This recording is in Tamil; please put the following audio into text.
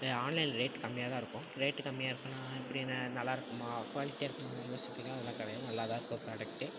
ஆன்லைனில் ரேட் கம்மியாக தான் இருக்கும் ரேட்டு கம்மியாக இருக்குன்னா எப்படின்னா நல்லா இருக்குமா குவாலிட்டியாக இருக்குமான்னு யோசிச்சு பார்த்திங்கன்னா அதெல்லாம் கிடையாது நல்லா தான் இருக்கும் ப்ராடக்ட்டு